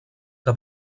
que